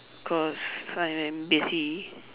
cause I am busy